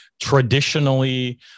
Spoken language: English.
traditionally